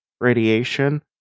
radiation